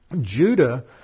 Judah